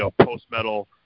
post-metal